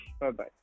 Bye-bye